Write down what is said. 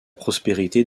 prospérité